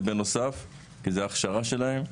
זה בנוסף כי זה הכשרה שלהם.